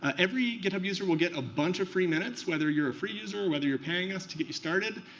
every github user will get a bunch of free minutes, whether you're a free user, whether you're paying us to get you started.